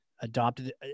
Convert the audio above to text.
adopted